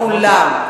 כולם,